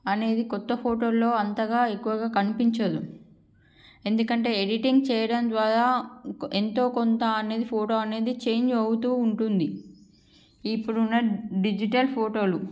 అనేది కొత్త ఫోటోలు అంతగా ఎక్కువగా కనిపించదు ఎందుకంటే ఎడిటింగ్ చేయడం ద్వారా ఎంతో కొంత అనేది ఫోటో అనేది చేంజ్ అవుతూ ఉంటుంది ఇప్పుడు ఉన్న డిజిటల్ ఫోటోలు